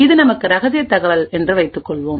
இது நமக்கு ரகசிய தகவல் என்று வைத்துக் கொள்வோம்